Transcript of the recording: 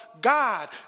God